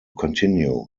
continue